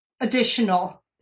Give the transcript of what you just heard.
additional